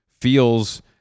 feels